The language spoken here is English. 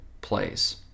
plays